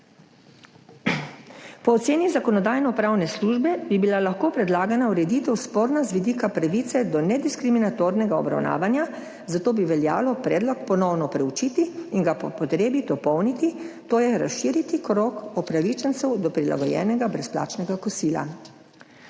Po oceni Zakonodajno-pravne službe bi bila lahko predlagana ureditev sporna z vidika pravice do nediskriminatornega obravnavanja, zato bi veljalo predlog ponovno proučiti in ga po potrebi dopolniti, to je razširiti krog upravičencev do prilagojenega brezplačnega kosila.